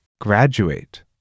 Graduate